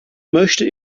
möchte